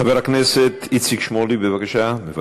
חבר הכנסת איציק שמולי, בבקשה, מוותר,